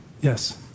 Yes